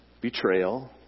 betrayal